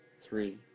three